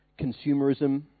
consumerism